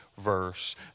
verse